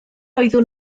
oeddwn